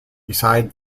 beside